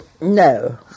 No